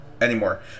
anymore